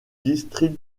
district